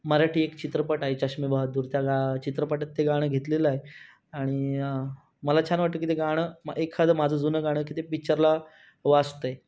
मराठी एक चित्रपट आहे चष्मेबहादूर त्या गा चित्रपटात ते गाणं घेतलेलं आहे आणि मला छान वाटतं की ते गाणं एखादं माझं जुनं गाणं की ते पिक्चरला वाजत आहे